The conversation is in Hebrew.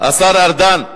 השר ארדן,